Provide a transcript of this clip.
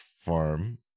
farm